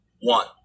one